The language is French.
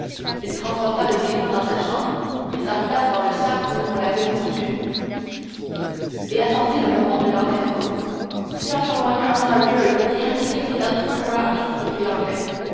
il transporta le défunt dans sa chambre prit sa place dans le sac où on l'avait cousu et attendit le moment de l'enterrement c'était un moyen hasardeux et qui indiquait quelque courage reprit